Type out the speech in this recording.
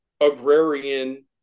agrarian